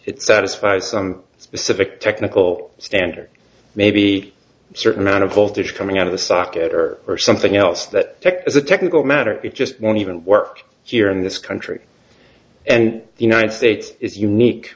it satisfies some specific technical standard maybe a certain amount of voltage coming out of the socket or or something else that is a technical matter it just won't even work here in this country and the united states is unique